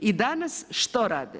I danas što rade?